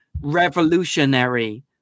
revolutionary